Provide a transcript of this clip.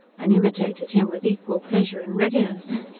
and imitated him with equal pleasure and readiness.